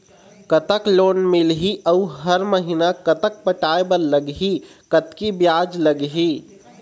कतक लोन मिलही अऊ हर महीना कतक पटाए बर लगही, कतकी ब्याज लगही?